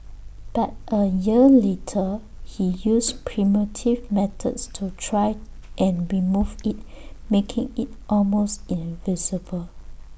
but A year later he used primitive methods to try and remove IT making IT almost invisible